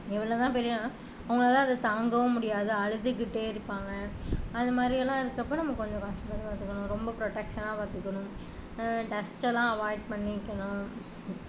எவ்வளோதான் பெரிய அவங்கலாள அதை தாங்கவும் முடியாது அழுதுகிட்டே இருப்பாங்க அதுமாதிரியெல்லாம் இருக்கிறப்ப நம்ம கொஞ்சம் கஷ்டப்பட்டு பார்த்துக்கணும் ரொம்ப ப்ரொடக்சனாக பார்த்துக்கணும் டஸ்டெலாம் அவாய்ட் பண்ணிக்கணும்